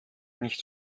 nicht